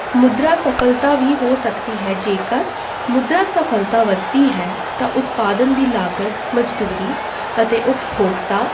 ਮੁਦਰਾ ਸਫਲਤਾ ਵੀ ਹੋ ਸਕਦੀ ਹੈ ਜੇਕਰ ਮੁਦਰਾ ਸਫਲਤਾ ਵੱਧਦੀ ਹੈ ਤਾਂ ਉਤਪਾਦਨ ਦੀ ਲਾਗਤ ਮਜਦੂਰੀ ਅਤੇ ਉਪਭੋਗਤਾ